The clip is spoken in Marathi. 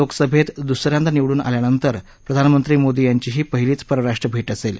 लोकसभेत दुस यांदा निवडून आल्यानंतर प्रधानमंत्री मोदी यांची ही पहिलीच परराष्ट्र भे असेल